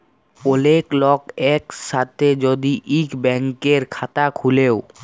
ওলেক লক এক সাথে যদি ইক ব্যাংকের খাতা খুলে ও